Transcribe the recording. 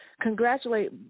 congratulate